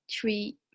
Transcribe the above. three